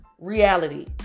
reality